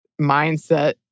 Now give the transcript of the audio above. mindset